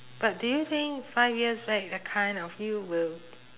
but do you think five years back the kind of you will